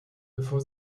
bevor